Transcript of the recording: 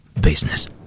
business